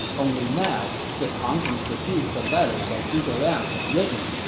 only now did pang tong produce the letter that zhuge liang had written,